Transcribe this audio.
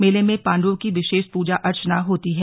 मेले में पांडवों की विशेष पूजा अर्चना होती है